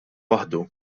waħdu